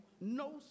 no